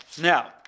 now